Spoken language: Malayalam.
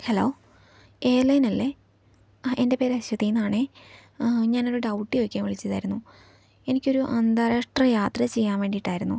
ഹലോ എയർലൈനല്ലേ ആ എൻ്റെ പേര് അശ്വതി എന്നാണേ ഞാനൊരു ഡൗട്ട് ചോദിക്കാൻ വിളിച്ചതായിരുന്നു എനിക്കൊരു അന്താരാഷ്ട്ര യാത്ര ചെയ്യാൻ വേണ്ടിയിട്ടായിരുന്നു